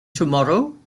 tomorrow